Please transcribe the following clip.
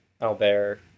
Albert